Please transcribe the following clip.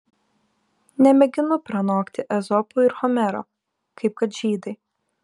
nemėginu pranokti ezopo ir homero kaip kad žydai